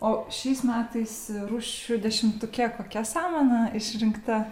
o šiais metais rūšių dešimtuke kokia samana išrinkta